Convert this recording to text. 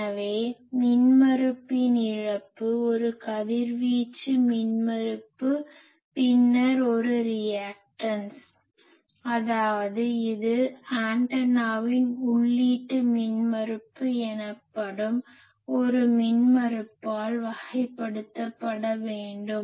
எனவே மின்மறுப்பின் இழப்பு ஒரு கதிர்வீச்சு மின்மறுப்பு பின்னர் ஒரு ரியாக்டன்ஸ் அதாவது இது ஆண்டெனாவின் உள்ளீட்டு மின்மறுப்பு எனப்படும் ஒரு மின்மறுப்பால் வகைப்படுத்தப்பட வேண்டும்